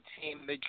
team